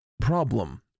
problem